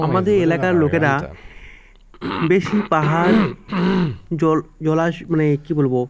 আমাদের এলাকার লোকেরা বেশি পাহাড় জলাশ মানে কী বলবো